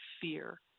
fear